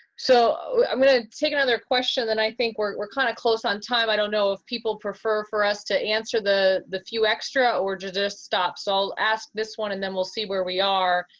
so, i'm gonna take another question, and then i think we're kind of close on time. i don't know if people prefer for us to answer the the few extra, or to just stop. so i'll ask this one, and then we'll see where we are.